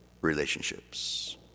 relationships